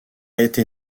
été